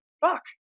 Fuck